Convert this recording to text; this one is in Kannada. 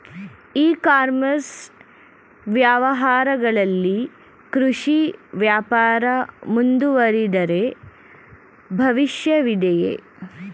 ಇ ಕಾಮರ್ಸ್ ವ್ಯವಹಾರಗಳಲ್ಲಿ ಕೃಷಿ ವ್ಯಾಪಾರ ಮುಂದುವರಿದರೆ ಭವಿಷ್ಯವಿದೆಯೇ?